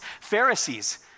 Pharisees